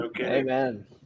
amen